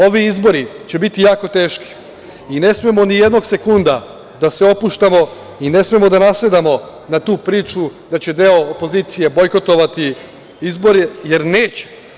Ovi izbori će biti jako teški i ne smemo ni jednog sekunda da se opuštamo i ne smemo da nasedamo na tu priču da će deo opozicije bojkotovati izbore, jer neće.